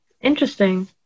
Interesting